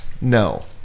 no